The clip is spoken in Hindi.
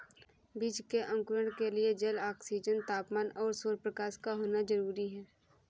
बीज के अंकुरण के लिए जल, ऑक्सीजन, तापमान और सौरप्रकाश का होना जरूरी है